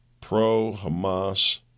pro-Hamas